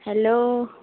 hello